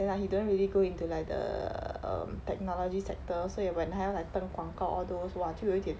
then like he don't really go into like the um technology sector 所以 when 他要 like 登广告 all those !wah! 就有一点